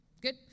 Good